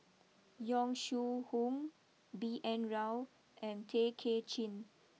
Yong Shu Hoong B N Rao and Tay Kay Chin